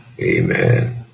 Amen